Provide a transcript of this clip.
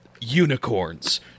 unicorns